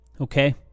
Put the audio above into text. Okay